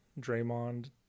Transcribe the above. Draymond